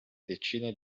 decine